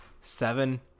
seven